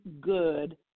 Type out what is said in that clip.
good